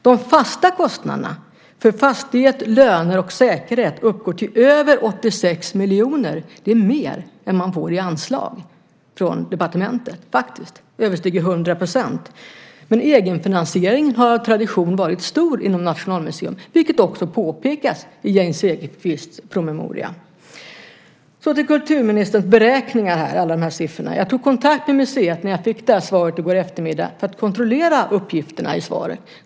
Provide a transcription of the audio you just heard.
De fasta kostnaderna, för fastighet, löner och säkerhet, uppgår till över 86 miljoner. Det är mer än museet får i anslag från departementet. Det överstiger 100 %. Men egenfinansiering har av tradition varit stor inom Nationalmuseum, vilket också påpekas i Jane Cederqvists promemoria. Jag går så över till kulturministerns beräkningar och alla siffror. Jag tog kontakt med museet när jag fick svaret i går eftermiddag för att kontrollera uppgifterna.